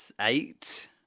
eight